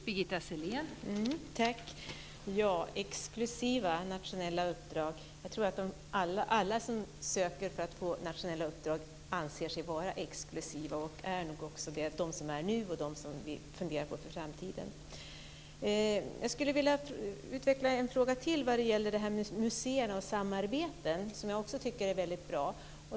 Fru talman! Jag tror att alla som söker för att få nationella uppdrag anser sig vara exklusiva och är nog också det, de som finns nu och de som vi funderar på för framtiden. Jag skulle vilja utveckla en fråga till när det gäller museerna och samarbete, som jag tycker är väldigt bra.